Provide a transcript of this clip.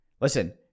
listen